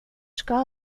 ska